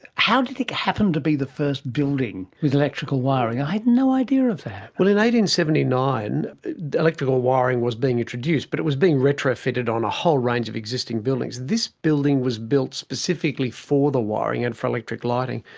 how did it happen to be the first building with electrical wiring? i had no idea of that but and seventy nine electrical wiring was being introduced but it was being retrofitted on a whole range of existing buildings. this building was built specifically for the wiring and for electric lighting.